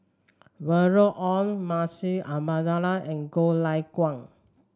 Violet Oon Munshi Abdullah and Goh Lay Kuan